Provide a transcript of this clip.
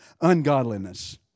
ungodliness